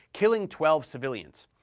killing twelve civilians.